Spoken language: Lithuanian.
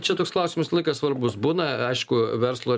čia toks klausimas laikas svarbus būna aišku verslo